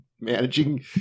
managing